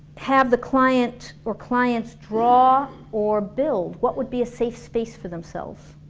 have the client or clients draw or build. what would be a safe space for themselves